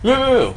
没有没有没有